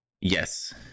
Yes